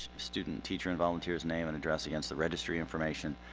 student-teacher and volunteers name and address against the registry information